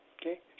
okay